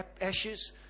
ashes